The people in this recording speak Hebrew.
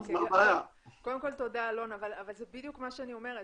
תודה אלון אבל זה בדיוק מה שאני אומרת.